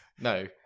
no